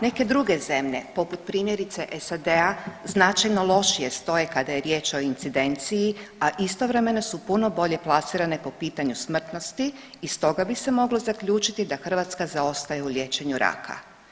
Neke druge zemlje poput primjerice SAD-a značajno lošije stoje kada je riječ o incidenciji, a istovremeno su puno bolje plasirane po pitanju smrtnosti i stoga bi se moglo zaključiti da Hrvatska zaostaje u liječenju raka.